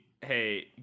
hey